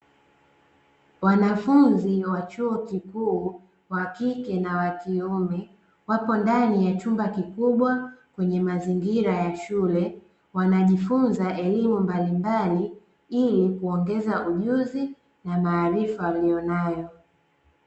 Wanafunzi wa chuo kikuu wakike na wakiume wapo ndani ya chumba kikubwa kwenye mazingira ya shule, wanajifunza elimu mbalimbali ili kuongeza ujuzi na maarifa waliyonayo.